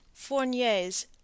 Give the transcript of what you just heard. Fourniers